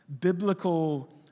biblical